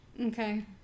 Okay